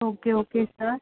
okay okay sir